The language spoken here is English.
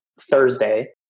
Thursday